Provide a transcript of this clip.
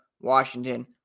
Washington